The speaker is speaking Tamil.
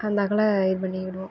அந்தாக்கில் இது பண்ணிடுவோம்